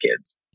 kids